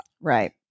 right